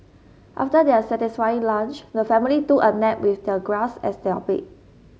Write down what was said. after their satisfying lunch the family took a nap with the grass as their bed